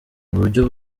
uburyo